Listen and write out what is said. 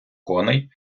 коней